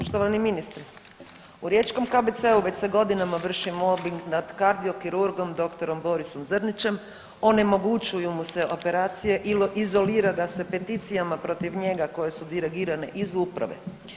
Poštovani ministre u riječkom KBC-u već se godinama vrši mobing nad kardio kirurgom dr. Borisom Zrnićem, onemogućuju mu se operacije, izolira ga se peticijama protiv njega koje su dirigirane iz uprave.